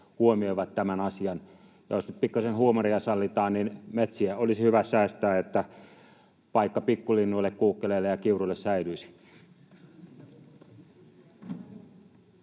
huomioivat tämän asian? Jos nyt pikkasen huumoria sallitaan, niin metsiä olisi hyvä säästää, jotta paikka pikkulinnuille, kuukkeleille ja kiuruille, säilyisi.